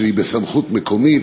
שהיא בסמכות מקומית,